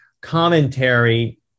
commentary